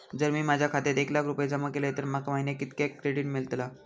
जर मी माझ्या खात्यात एक लाख रुपये जमा केलय तर माका महिन्याक कितक्या क्रेडिट मेलतला?